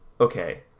Okay